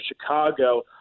Chicago